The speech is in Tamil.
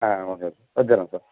ஆ ஓகே சார் வெச்சுர்றேன் சார்